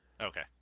Okay